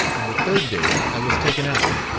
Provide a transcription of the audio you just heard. on the third day i was taken out,